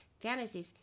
fantasies